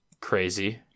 crazy